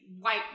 white